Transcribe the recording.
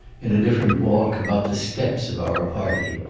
in a different walk, about the steps of our party.